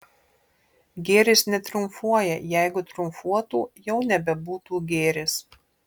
gėris netriumfuoja jeigu triumfuotų jau nebebūtų gėris